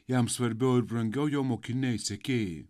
jam svarbiau ir brangiau jo mokiniai sekėjai